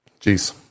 Jeez